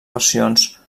versions